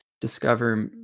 discover